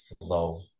flow